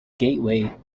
gateway